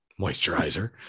moisturizer